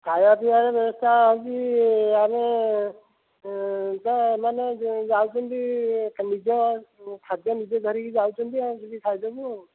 ଖାଇବା ପିଇବା ବି ବ୍ୟବସ୍ଥା ହୋଇଛି ଆମେ ଯା ମାନେ ଯାଉଛନ୍ତି ନିଜ ଖାଦ୍ୟ ନିଜେ ଧରିକି ଯାଉଛନ୍ତି ଆଉ ସେଠି ଖାଇଦେବୁ ଆଉ